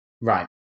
Right